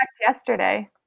yesterday